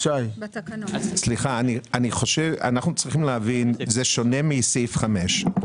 אנחנו צריכים להבין שזה שונה מסעיף (5).